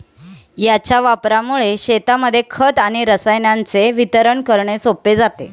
याच्या वापरामुळे शेतांमध्ये खत व रसायनांचे वितरण करणे सोपे जाते